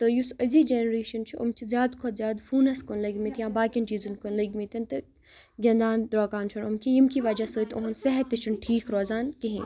تہٕ یُس أزَچ جَنریشَن چھِ یِم چھِ زیادٕ کھۄتہٕ زیادٕ فونَس کُن لٔگۍمٕتۍ یا باقیَن چیٖزَن کُن لٔگۍمٕتۍ تہٕ گِنٛدان درٛۅکان چھِ نہٕ یِم کِہیٖنٛۍ یییٚمہِ کہِ وجہ سۭتۍ یِہُنٛد صحت تہِ چھُ نہٕ ٹھیٖک روزان کِہیٖنٛۍ